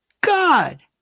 God